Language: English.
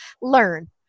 learn